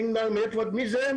דינג דאנג, מי זה?